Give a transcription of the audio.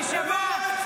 נשמה,